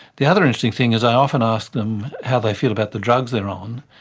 the other interesting thing is i often ask them how they feel about the drugs they are on,